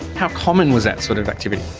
how common was that sort of activity?